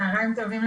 צהריים טובים,